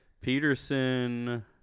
Peterson